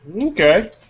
Okay